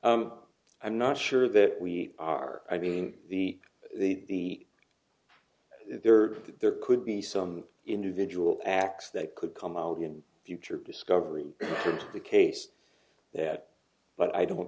i'm not sure that we are i mean the the there are there could be some individual acts that could come out in future discovery to the case that but i don't